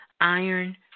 Iron